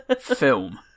film